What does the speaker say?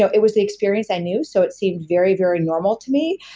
so it was the experience i knew so it seemed very, very normal to be,